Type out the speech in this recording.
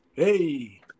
Hey